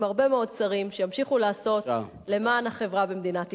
הרבה מאוד שרים שימשיכו לעשות למען החברה במדינת ישראל.